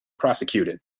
prosecuted